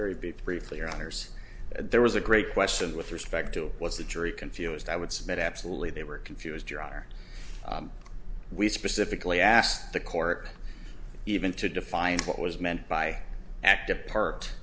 very big briefly your honour's there was a great question with respect to what the jury confused i would submit absolutely they were confused your honor we specifically asked the court even to define what was meant by active part